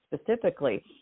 specifically